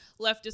leftist